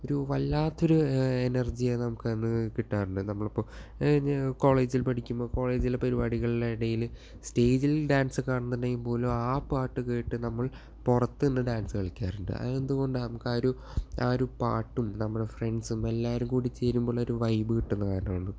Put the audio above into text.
ഒരു വല്ലാത്തൊരു എനർജി നമുക്കതിൽ നിന്ന് കിട്ടാറുണ്ട് നമ്മളിപ്പോൾ ഞാ കോളേജിൽ പഠിക്കുമ്പോൾ കോളേജിലെ പരിപാടികളുടെയിടയിൽ സ്റ്റേജിൽ ഡാൻസ് കാണുന്നുണ്ടെങ്കിൽ പോലും ആ പാട്ടു കേട്ട് നമ്മൾ പുറത്തു നിന്ന് ഡാൻസ് കളിക്കാറുണ്ട് അതെന്തുകൊണ്ടാണ് നമുക്കാ ഒരു പാട്ടും നമ്മുടെ ഫ്രണ്ട്സും എല്ലാരും കൂടിച്ചേരുമ്പോൾ ഒരു വൈബ് കിട്ടുന്ന കാരണമാണ്